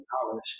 college